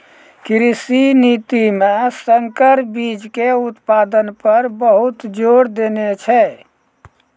कृषि नीति मॅ संकर बीच के उत्पादन पर बहुत जोर देने छै